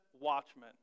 watchmen